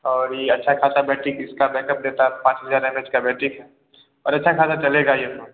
और ये अच्छा खासा बैटरी इसका बैकअप देता है पाँच हज़ार एम एच का बैटरी है और अच्छा खाला चलेगा ये फोन